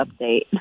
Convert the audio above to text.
update